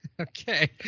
Okay